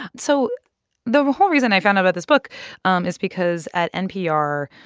so the whole reason i found out about this book um is because at npr,